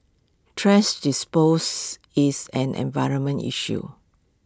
thrash dispose is an environment issue